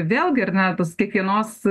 vėlgi ar ne tas kiekvienos